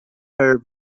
her